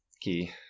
key